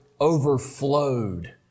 overflowed